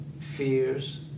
fears